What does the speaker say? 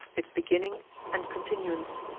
its beginning and continuance.